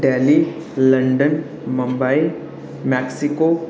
Delhi London Mumbai Mexico